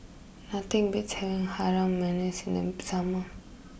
nothing beats having Harum Manis in them summer